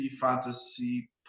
Fantasy